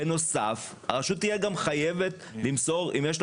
בנוסף הרשות תהיה גם חייבת - אם יש לה